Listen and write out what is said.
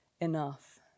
enough